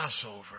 Passover